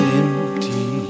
empty